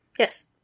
yes